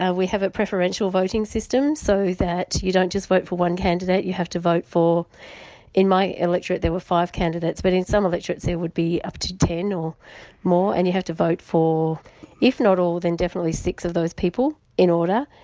we have a preferential voting system, so that you don't just vote for one candidate, you have to vote for in my electorate there were five candidates but in some electorates there would be up to ten or more and you have to vote for if not all then definitely six of those people in order.